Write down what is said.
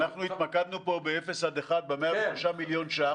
אנחנו התמקדנו פה באפס עד אחד קילומטר ב-103 מיליון שקלים.